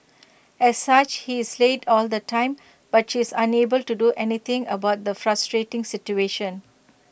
as such he is late all the time but she is unable to do anything about the frustrating situation